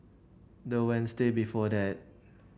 the Wednesday before that